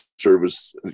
service